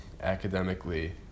academically